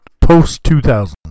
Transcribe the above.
post-2000